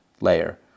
layer